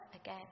again